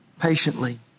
patiently